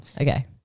Okay